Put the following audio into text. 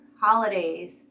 Holidays